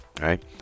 right